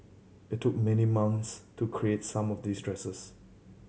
it took many months to create some of these dresses